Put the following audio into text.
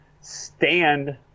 Stand